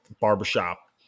Barbershop